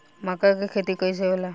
मका के खेती कइसे होला?